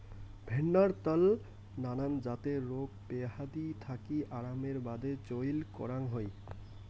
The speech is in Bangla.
ভেন্নার ত্যাল নানান জাতের রোগ বেয়াধি থাকি আরামের বাদে চইল করাং হই